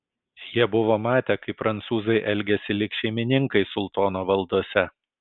jie buvo matę kaip prancūzai elgiasi lyg šeimininkai sultono valdose